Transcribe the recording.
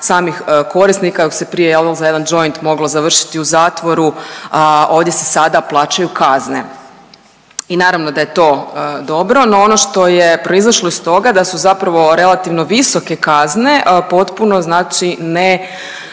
samih korisnika, dok se prije jel da za jedan joint moglo završiti u zatvoru, a ovdje se sada plaćaju kazne. I naravno da je to dobro, no ono što je proizašlo iz toga da su zapravo relativno visoke kazne potpuno znači ne